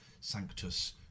Sanctus